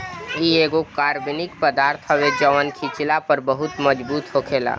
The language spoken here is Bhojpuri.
इ एगो कार्बनिक पदार्थ हवे जवन खिचला पर बहुत मजबूत होखेला